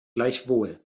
gleichwohl